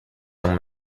young